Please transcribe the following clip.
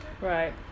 Right